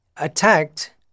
attacked